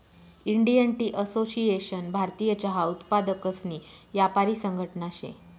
Indian Tea Association भारतीय चहा उत्पादकसनी यापारी संघटना शे